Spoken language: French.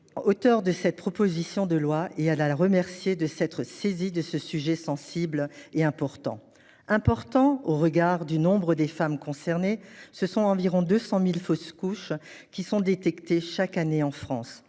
auteure de cette proposition de loi, que je remercie de s'être saisie de ce sujet sensible et important. Ce sujet est important, au regard du nombre de femmes concernées : environ 200 000 fausses couches sont dénombrées chaque année en France.